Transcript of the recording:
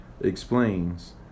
explains